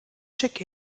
check